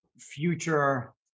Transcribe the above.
future